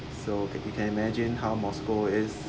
so as you can imagine how moscow is